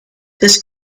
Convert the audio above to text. this